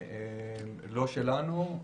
לא שלנו,